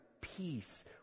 peace